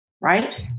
right